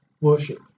worship